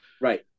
Right